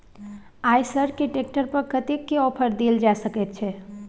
आयसर के ट्रैक्टर पर कतेक के ऑफर देल जा सकेत छै?